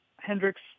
Hendricks